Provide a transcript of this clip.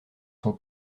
son